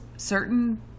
certain